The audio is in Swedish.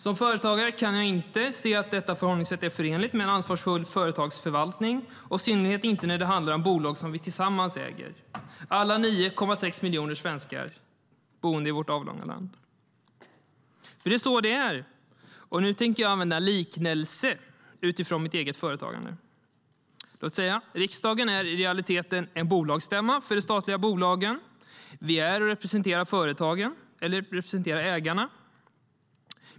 Som företagare kan jag inte se att detta förhållningsätt är förenligt med en ansvarsfull företagsförvaltning, i synnerhet inte när det handlar om bolag som vi äger tillsammans, alla 9,6 miljoner svenskar, boende i vårt avlånga land. Det är ju så det är. Nu tänker jag använda en liknelse utifrån mitt eget företagande. Riksdagen är i realiteten en bolagsstämma för de statliga bolagen. Vi är och representerar ägarna.